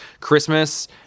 Christmas